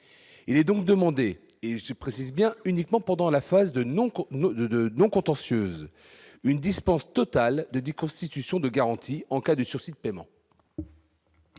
est donc demandé et je précise bien uniquement pendant la phase de noms que de de non contentieuse une dispense totale de 10, constitution de garantie en cas de sursis de paiement.